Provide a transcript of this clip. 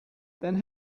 then